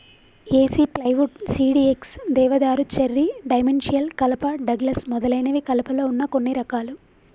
ఏసి plywood, CDX, దేవదారు, cherry, dimensional కలప, Douglas మొదలైనవి కలపలో వున్న కొన్ని రకాలు